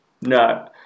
No